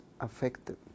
affected